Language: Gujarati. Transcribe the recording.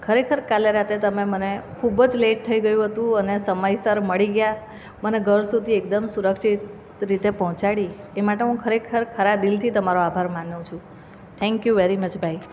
ખરેખર કાલે રાત્રે તમે મને ખૂબ જ લેટ થઈ ગયું હતું અને સમયસર મળી ગયા મને ઘર સુધી એકદમ સુરક્ષિત રીતે પહોંચાડી એ માટે હું ખરેખર ખરા દિલથી તમારો આભાર માનું છું થેન્ક યુ વેરી મચ ભાઈ